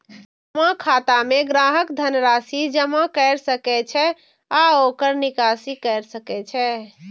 जमा खाता मे ग्राहक धन राशि जमा कैर सकै छै आ ओकर निकासी कैर सकै छै